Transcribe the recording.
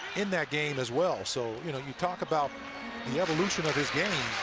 in that game as well. so you know you talk about the evolution of his game.